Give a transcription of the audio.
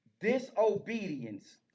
disobedience